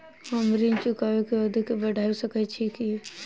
हम ऋण चुकाबै केँ अवधि केँ बढ़ाबी सकैत छी की?